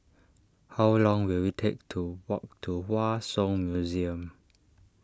how long will it take to walk to Hua Song Museum